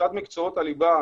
שבצד מקצועות הליבה,